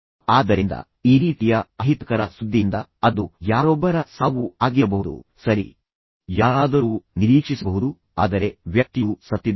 ಆದ್ದರಿಂದ ಈ ರೀತಿಯ ಅಹಿತಕರ ಸುದ್ದಿಯಿಂದ ಅದು ಯಾರೊಬ್ಬರ ಸಾವೂ ಆಗಿರಬಹುದು ಸರಿ ಯಾರಾದರೂ ನಿರೀಕ್ಷಿಸಬಹುದು ಆದರೆ ವ್ಯಕ್ತಿಯು ಸತ್ತಿದ್ದಾನೆ